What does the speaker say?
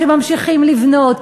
כשממשיכים לבנות.